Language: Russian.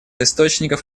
источников